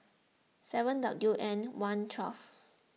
seven W N one twelve